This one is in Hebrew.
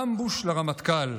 אמבוש לרמטכ"ל: